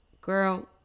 girl